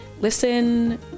Listen